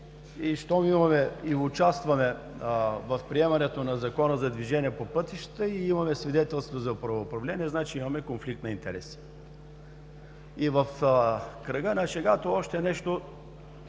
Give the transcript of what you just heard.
АТАЛАЙ: Щом участваме в приемането на Закона за движение по пътищата и имаме свидетелство за правоуправление, значи имаме конфликт на интереси. В кръга на шегата още нещо.